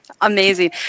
Amazing